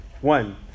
One